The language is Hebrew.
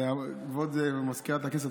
כבוד מזכירת הכנסת,